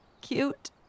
cute